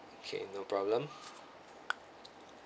K no problem